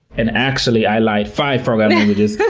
and actually, i lied. five programming languages.